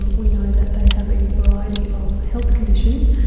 and we know that they have a variety of health conditions,